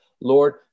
lord